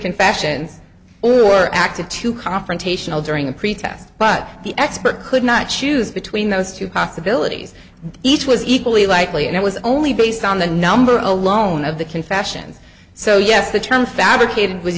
confessions or were active too confrontational during a pretest but the expert could not choose between those two possibilities each was equally likely and it was only based on the number alone of the confessions so yes the term fabricated was